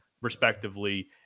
respectively